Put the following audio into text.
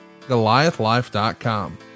Goliathlife.com